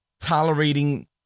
tolerating